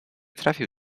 trafił